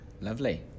Lovely